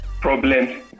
problems